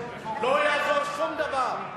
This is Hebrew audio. לא יעזור שום דבר.